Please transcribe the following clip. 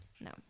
No